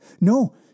No